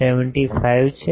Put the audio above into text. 75 છે